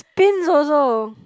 pins also